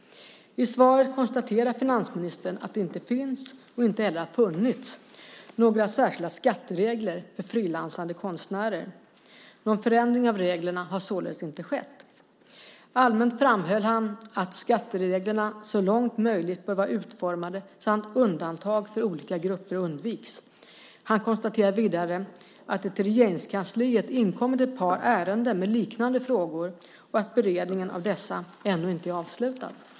I svaret konstaterar finansministern att det inte finns, och inte heller har funnits, några särskilda skatteregler för frilansande konstnärer. Någon förändring av reglerna har således inte skett. Allmänt framhöll han att skattereglerna så långt som möjligt bör vara utformade så att undantag för olika grupper undviks. Han konstaterade vidare att det till Regeringskansliet inkommit ett par ärenden med liknande frågor och att beredningen av dessa ännu inte är avslutad.